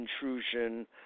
intrusion